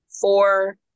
four